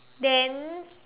then